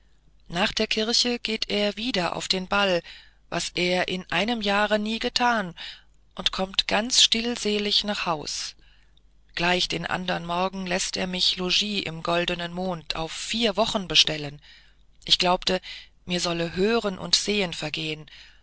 nach der kirche geht er wieder auf den ball was er in einem jahre nie getan und kommt ganz still selig nach haus gleich den andern morgen läßt er mich das logis im goldenen mond auf vier wochen bestellen ich glaubte mir solle hören und sehen vergehen